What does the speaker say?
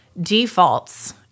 defaults